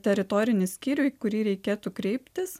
teritorinį skyrių į kurį reikėtų kreiptis